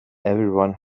everyone